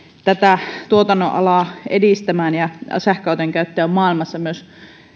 tätä tuotannonalaa edistämään ja sähköautojen käyttöä maailmassa myös